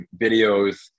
videos